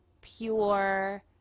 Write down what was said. pure